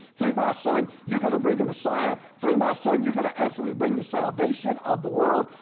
through my son, you're gonna bring a messiah. through my son, you're going to actually bring the salvation of the world.